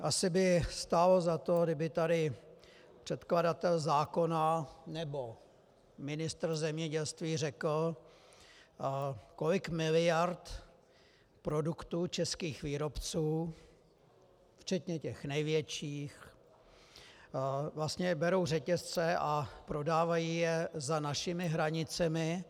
Asi by stálo za to, kdyby tady předkladatel zákona nebo ministr zemědělství řekl, kolik miliard produktů českých výrobců, včetně těch největších, vlastně berou řetězce a prodávají je za našimi hranicemi.